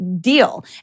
deal